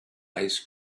ice